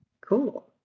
Cool